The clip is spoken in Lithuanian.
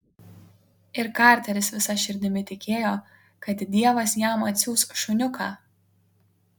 ir karteris visa širdimi tikėjo kad dievas jam atsiųs šuniuką